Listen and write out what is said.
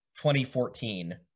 2014